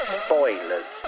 spoilers